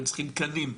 הם צריכים תקנים,